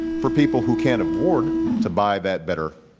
for people who can't afford to buy that better